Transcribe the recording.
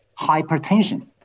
hypertension